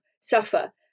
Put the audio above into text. suffer